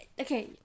Okay